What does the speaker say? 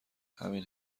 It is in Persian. همین